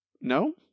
No